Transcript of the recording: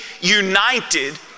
united